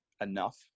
enough